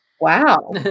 Wow